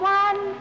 one